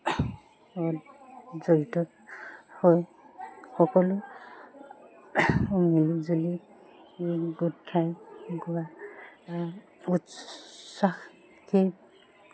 জড়িত হৈ সকলো মিলজুলি গোট খাই গোৱা উৎসাহ